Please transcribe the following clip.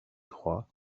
roi